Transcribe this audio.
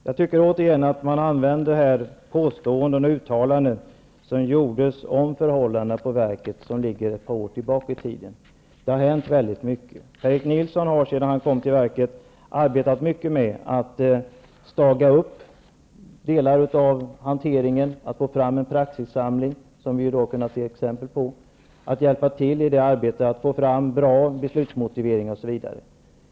Jag anser att Berith Eriksson använder påståenden och uttalanden som gjordes om förhållandena på verket men som ligger ett par år tillbaka i tiden. Det har hänt väldigt mycket sedan dess. Per-Erik Nilsson har, sedan han kom till verket, arbetat mycket med att staga upp delar av hanteringen, att få fram en praxissamling, som vi har kunnat se exempel på, att hjälpa till i arbetet med att få fram bra beslutsmotiveringar osv.